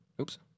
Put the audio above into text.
Oops